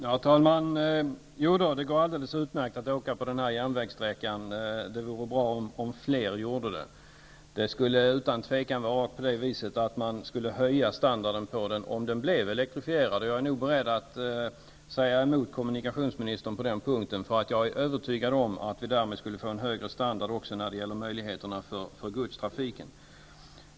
Herr talman! Det går alldeles utmärkt att åka på denna järnvägssträcka, och det vore bra om fler gjorde det. Standarden på den skulle utan tvivel höjas om den blev elektrifierad. Och jag är nog beredd att säga emot kommunikationsministern på den punkten, eftersom jag är övertygad om att vi därmed skulle få en högre standard även när det gäller möjligheterna för godstrafiken.